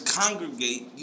congregate